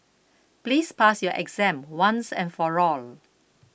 please pass your exam once and for all